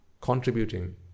contributing